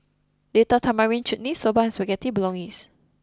Date Tamarind Chutney Soba and Spaghetti Bolognese